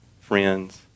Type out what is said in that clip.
friends